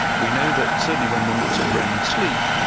we know that certainly when one looks at rem sleep,